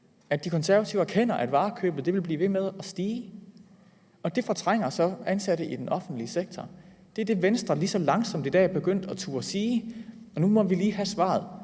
De Konservative erkender, at varekøbet vil blive ved med at stige, og det fortrænger så ansatte i den offentlige sektor. Det er det, Venstre lige så langsomt i dag er begyndt at turde sige. Nu må vi lige have svaret.